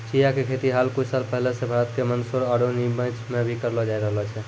चिया के खेती हाल कुछ साल पहले सॅ भारत के मंदसौर आरो निमच मॅ भी करलो जाय रहलो छै